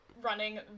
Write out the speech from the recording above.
running